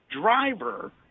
driver